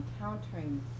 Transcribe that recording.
encountering